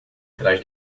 trás